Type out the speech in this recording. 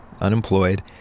unemployed